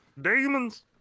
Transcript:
Demons